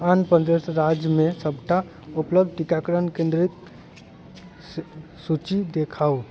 आन्ध्रप्रदेश राज्यमे सबटा उपलब्ध टीकाकरण केंद्रके सूची देखाउ